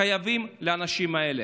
חייבים לאנשים האלה.